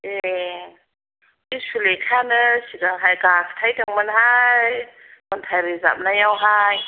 ए बे सुलेखायानो सिगांहाय गाथायदोंमोनहाय खन्थाइ रोजाबनायावहाय